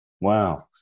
Wow